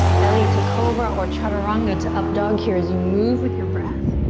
belly to cobra or chaturanga to up dog here as you move with your breath.